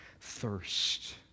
thirst